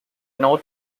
north